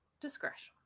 discretion